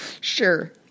Sure